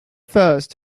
first